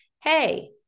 Hey